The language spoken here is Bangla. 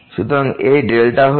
সুতরাং এই হল